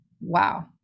wow